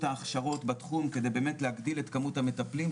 ההכשרות בתחום כדי באמת להגדיל את כמות המטפלים,